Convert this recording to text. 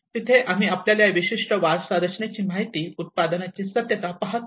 तिथे आम्ही आपल्याला या विशिष्ट वारसा रचनेची माहिती उत्पादनाची सत्यता पाहतो